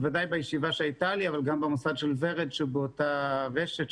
בוודאי בישיבה שהייתה לי אבל גם במוסד של ורד בכר שבאותה רשת,